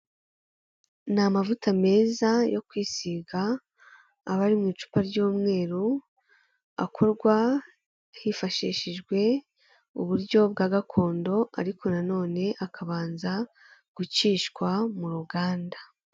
Ni amavuta meza yo kwisiga abari mu icupa ry'umweru akorwa hifashishijwe uburyo bwa gakondo ariko nanone akabanza gucishwa mu ruganda.